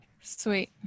sweet